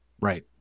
Right